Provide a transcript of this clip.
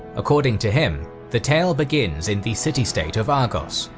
according to him, the tale begins in the city-state of argos,